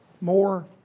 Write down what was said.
more